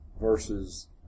versus